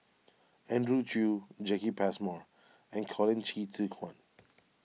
Andrew Chew Jacki Passmore and Colin Qi Zhe Quan